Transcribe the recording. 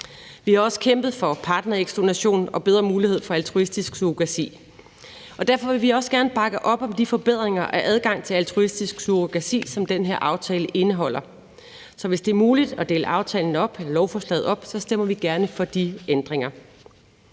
Vi har også kæmpet for partnerægsdonation og bedre mulighed for altruistisk surrogati, og derfor vil vi også gerne bakke op om de forbedringer af adgang til altruistisk surrogati, som den her aftale indeholder. Så hvis det er muligt at dele lovforslaget op, stemmer vi gerne for de ændringer.